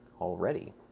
already